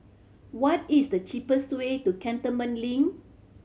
what is the cheapest way to Cantonment Link